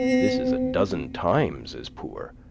this is a dozen times as poor.